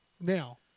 Now